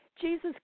Jesus